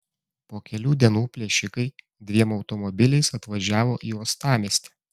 po kelių dienų plėšikai dviem automobiliais atvažiavo į uostamiestį